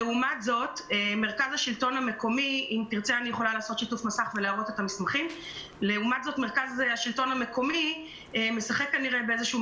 מרכז השלטון המקומי משחק באיזה שהוא